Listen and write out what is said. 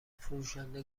فروشنده